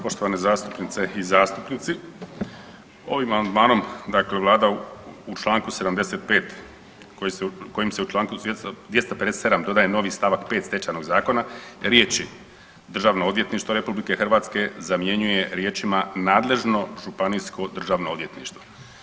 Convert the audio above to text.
Poštovane zastupnice i zastupnici, ovim amandmanom dakle vlada u Članku 75. kojim se u Članku 257. dodaje novi stavak 5. Stečajnog zakona riječi: „Državno odvjetništvo RH“ zamjenjuje riječima: „nadležno županijsko državno odvjetništvo“